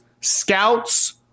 scouts